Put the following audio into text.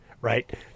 right